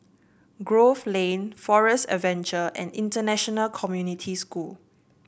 Grove Lane Forest Adventure and International Community School